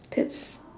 that's